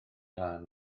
lân